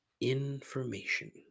Information